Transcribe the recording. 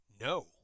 no